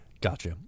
Gotcha